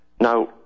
Now